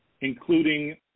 including